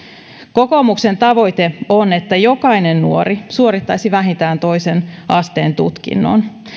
kokoomuksen tavoite on että jokainen nuori suorittaisi vähintään toisen asteen tutkinnon